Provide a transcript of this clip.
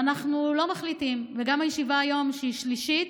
ואנחנו לא מחליטים, גם הישיבה היום, שהיא השלישית,